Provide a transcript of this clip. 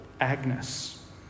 Agnes